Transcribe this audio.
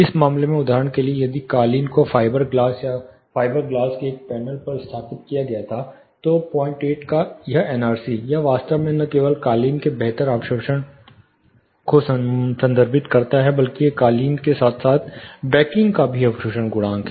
इस मामले में उदाहरण के लिए यदि कालीन को फाइबर ग्लास या फाइबर ग्लास के एक पैनल पर स्थापित किया गया था तो 08 का यह NRC यह वास्तव में न केवल कालीन के बेहतर अवशोषण को संदर्भित करता है बल्कि यह कालीन के साथ साथ बैंकिंग का भी अवशोषण गुणांक है